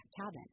Cabin